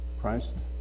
Christ